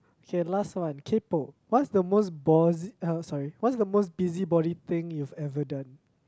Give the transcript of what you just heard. k last one kaypoh what's the most busy~ uh sorry what's the most busybody thing you've ever done